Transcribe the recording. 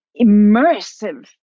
immersive